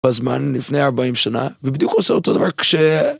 בזמן לפני 40 שנה ובדיוק עושה אותו דבר כש...